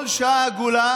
כל שעה עגולה